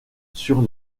sur